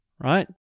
right